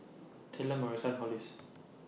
Taylor Marissa Hollis